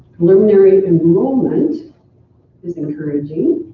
preliminary enrollment is encouraging.